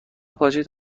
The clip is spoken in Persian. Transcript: پاشید